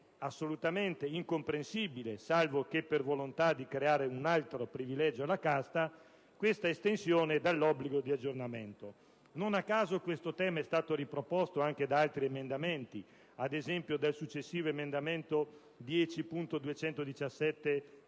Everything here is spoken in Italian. assolutamente incomprensibile - salvo che per volontà di creare un altro privilegio alla "casta" - un'esenzione dall'obbligo di aggiornamento. Non a caso, questo tema è stato riproposto anche in altri emendamenti, ad esempio nel successivo emendamento 10.217